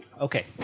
Okay